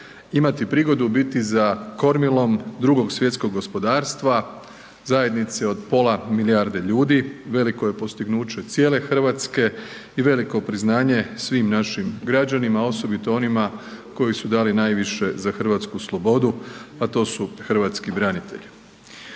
imati prigodu biti za kormilom drugog svjetskog gospodarstva, zajednice od pola milijarde ljudi, veliko je postignuće cijele RH i veliko priznanje svim našim građanima, osobito onima koji su dali najviše za hrvatsku slobodu, a to su hrvatski branitelji.